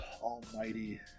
almighty